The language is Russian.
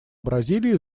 бразилии